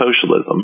socialism